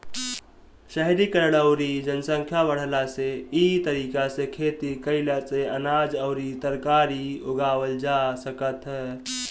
शहरीकरण अउरी जनसंख्या बढ़ला से इ तरीका से खेती कईला से अनाज अउरी तरकारी उगावल जा सकत ह